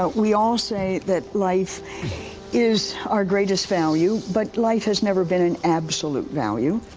we all say that life is our greatest value, but life has never been an absolute value.